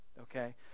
Okay